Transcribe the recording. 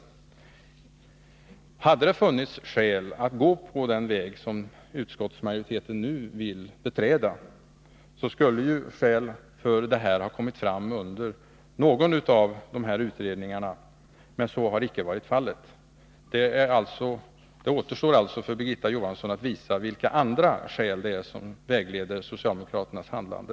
Hade det funnits skäl att gå på den väg som utskottsmajoriteten nu vill beträda, skulle de skälen ha kommit fram under någon av dessa utredningar, men så har icke varit fallet. Det återstår alltså för Birgitta Johansson att redovisa vilka andra skäl det är som vägleder socialdemokraternas handlande.